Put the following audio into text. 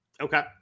Okay